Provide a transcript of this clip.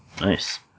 Nice